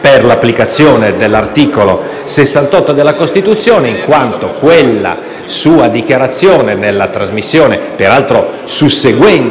per l'applicazione dell'articolo 68 della Costituzione, in quanto quella sua dichiarazione, nella trasmissione radiofonica, peraltro susseguente